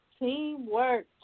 teamwork